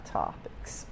topics